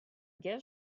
gift